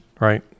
Right